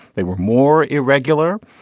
they were more irregular.